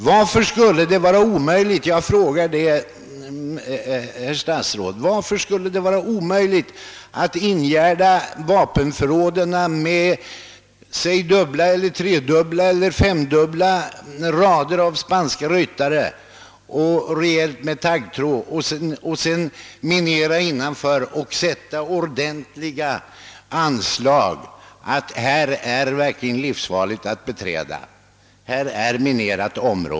Varför skulle det vara omöjligt — jag frågar det, herr statsråd — att omgärda vapenförråden med dubbla, tredubbla eller femdubbla rader av spanska ryttare och rejält med taggtråd, minera innanför och sätta upp ordentliga anslag om att området är livsfarligt att beträda?